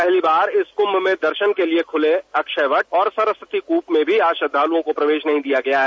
पहली बार इस कुंभ में दर्शन के लिए खुले अक्षय वट और सरस्वती कूप में भी आज श्रद्वालुओं का प्रवेश बंद रखा गया है